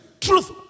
Truth